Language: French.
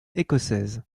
écossaise